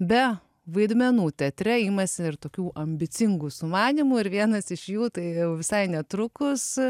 be vaidmenų teatre imasi ir tokių ambicingų sumanymų ir vienas iš jų tai jau visai netrukus